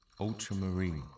Ultramarine